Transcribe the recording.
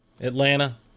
Atlanta